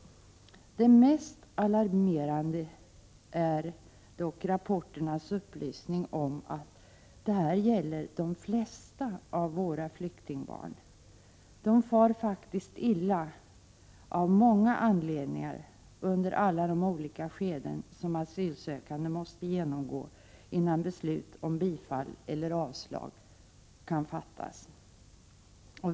Det mest alarmerande är dock rapporternas upplysning om att detta gäller de flesta av våra flyktingbarn. De far faktiskt av många anledningar illa under alla de olika skeden som asylsökande måste genomgå, innan beslut om bifall eller avslag kan fattas.